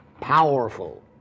powerful